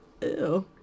Ew